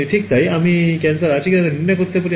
ঠিক তাই আমি ক্যান্সার আছে কিনা তা নির্ণয় করতে পারি